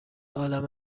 عالم